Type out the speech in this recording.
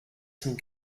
some